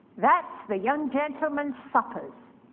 that's the young gentlemen's suppers.